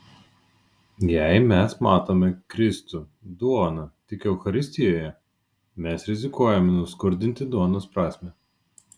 jei mes matome kristų duoną tik eucharistijoje mes rizikuojame nuskurdinti duonos prasmę